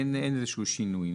אין איזשהו שינוי,